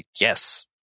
yes